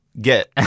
get